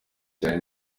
cyane